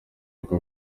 rugo